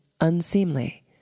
unseemly